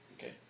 Okay